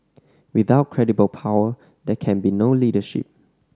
without credible power there can be no leadership